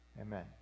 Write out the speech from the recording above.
Amen